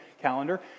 calendar